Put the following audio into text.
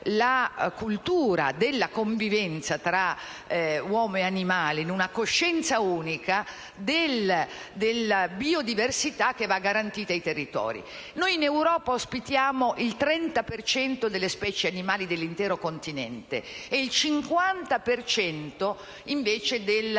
la cultura della convivenza tra uomo e animale in una coscienza unica della biodiversità che va garantita ai territori. In Europa ospitiamo il 30 per cento delle specie animali dell'intero continente ed il 50 per cento